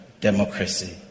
democracy